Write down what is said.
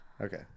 Okay